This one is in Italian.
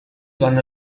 vanno